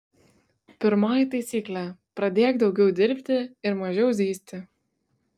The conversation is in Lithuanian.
pirmoji taisyklė pradėk daugiau dirbti ir mažiau zyzti